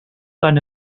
eine